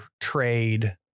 trade